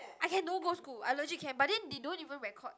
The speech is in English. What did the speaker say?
I can don't go school I legit can but then they don't even record